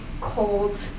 cold